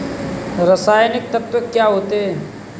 रसायनिक तत्व क्या होते हैं?